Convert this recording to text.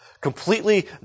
completely